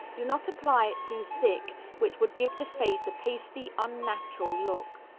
do not apply it too thick, which would give the face a pasty, unnatural look.